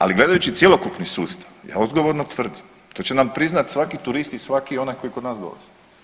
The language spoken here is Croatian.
Ali gledajući cjelokupni sustav ja odgovorno tvrdim to će nam priznati svaki turist i svaki onaj koji kod nas dolazi.